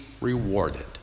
rewarded